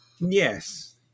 Yes